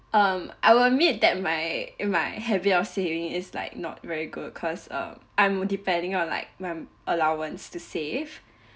um I'll admit that my in my habit of saving is like not very good cause uh I'm depending on like my allowance to save